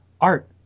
art